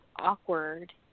awkward